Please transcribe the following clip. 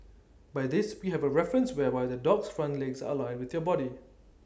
by this we have A reference whereby the dog's front legs are aligned with your body